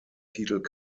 titel